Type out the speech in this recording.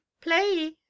play